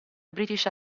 british